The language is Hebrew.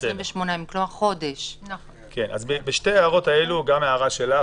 אז בשתי ההערות האלה גם הערה שלך